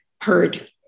heard